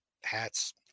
hats